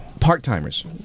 Part-timers